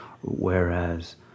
whereas